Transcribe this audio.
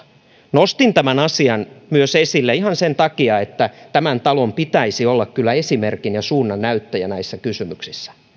nostin tämän asian esille myös ihan sen takia että tämän talon pitäisi olla kyllä esimerkki ja suunnannäyttäjä näissä kysymyksissä